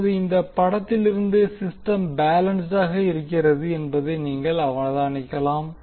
இப்போது இந்த படத்திலிருந்து சிஸ்டம் பேலன்ஸ்ட் ஆக இருக்கிறது என்பதை நீங்கள் அவதானிக்கலாம்